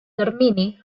termini